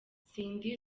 cindy